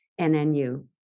NNU